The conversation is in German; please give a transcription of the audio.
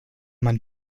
man